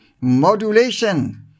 modulation